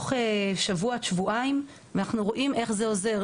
תוך שבוע-שבועיים אנחנו רואים איך זה עוזר,